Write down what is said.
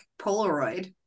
Polaroid